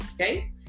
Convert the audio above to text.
okay